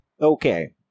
Okay